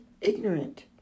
ignorant